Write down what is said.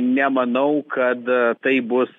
nemanau kad tai bus